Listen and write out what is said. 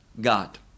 God